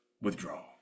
withdraw